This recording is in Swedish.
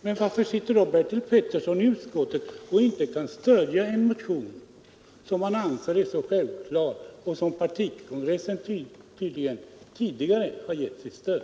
Men varför sitter då Bertil Petersson i utskottet och inte kan stödja en motion som han anser så självklar och som partikongressen tydligen tidigare gett sitt stöd?